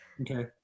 Okay